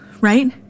right